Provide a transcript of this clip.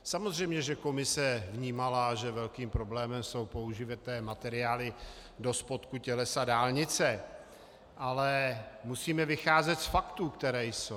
Samozřejmě že komise vnímala, že velkým problémem jsou použité materiály do spodku tělesa dálnice, ale musíme vycházet z faktů, které jsou.